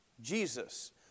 Jesus